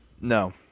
no